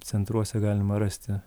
centruose galima rasti